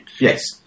Yes